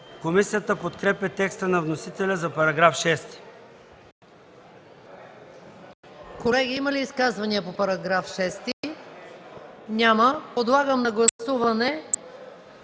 Комисията подкрепя текста на вносителя за § 3.